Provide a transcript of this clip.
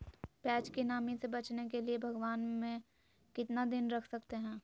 प्यास की नामी से बचने के लिए भगवान में कितना दिन रख सकते हैं?